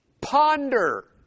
Ponder